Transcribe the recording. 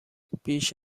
بیش